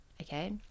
okay